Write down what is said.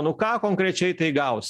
nu ką konkrečiai tai gaus